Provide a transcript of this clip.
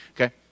Okay